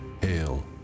Hail